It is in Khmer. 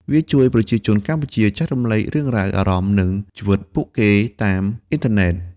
វាជួយប្រជាជនកម្ពុជាចែករំលែករឿងរ៉ាវ អារម្មណ៍ និងជីវិតពួកគេតាមអ៊ីនធឺណិត។